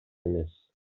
эмес